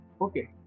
Okay